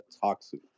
toxic